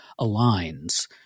aligns